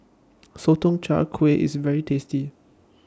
Sotong Char Kway IS very tasty